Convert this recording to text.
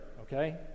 Okay